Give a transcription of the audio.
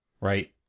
right